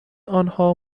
آنها